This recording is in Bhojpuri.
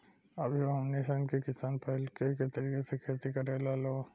अभियो हमनी सन के किसान पाहिलके तरीका से खेती करेला लोग